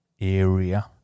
area